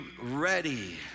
ready